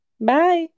Bye